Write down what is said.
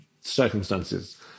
circumstances